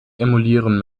emulieren